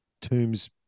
Tombs